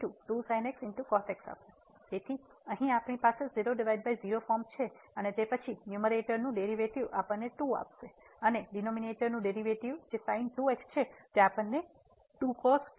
તેથી અહીં આપણી પાસે 00 ફોર્મ છે અને તે પછી ન્યૂમેરેટરનું ડેરિવેટિવ આપણને 2 આપશે અને ડિનોમિનેટર નું ડેરિવેટિવ જે sin2x છે તે આપણને આપશે